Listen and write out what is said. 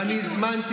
ואני הזמנתי,